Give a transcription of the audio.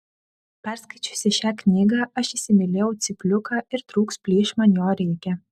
perskaičiusi šią knygą aš įsimylėjau cypliuką ir trūks plyš man jo reikia